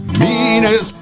meanest